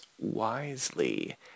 wisely